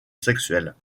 sexuelle